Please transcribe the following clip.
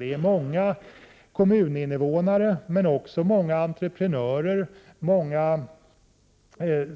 Det är många kommuninvånare och många entreprenörer, många